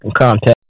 contact